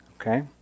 Okay